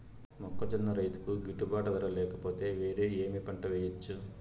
మొక్కజొన్న రైతుకు గిట్టుబాటు ధర లేక పోతే, వేరే ఏమి పంట వెయ్యొచ్చు?